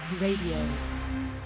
Radio